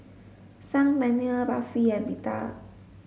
Saag Paneer Barfi and Pita